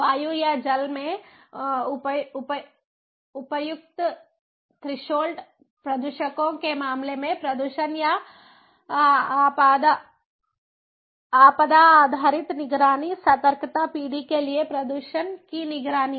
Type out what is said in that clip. वायु या जल में उपर्युक्त थ्रेशोल्ड प्रदूषकों के मामले में प्रदूषण या आपदा आधारित निगरानी सतर्कता पीढ़ी के लिए प्रदूषण की निगरानी